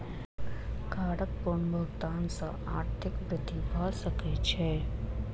करक पूर्ण भुगतान सॅ आर्थिक वृद्धि भ सकै छै